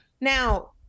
Now